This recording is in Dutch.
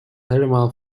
helemaal